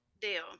Deal